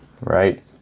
Right